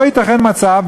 לא ייתכן מצב,